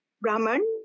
Brahman